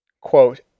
Quote